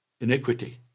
Iniquity